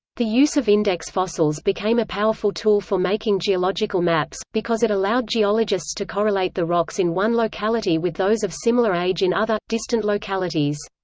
the use of index fossils became a powerful tool for making geological maps, because it allowed geologists to correlate the rocks in one locality with those of similar age in other, distant localities.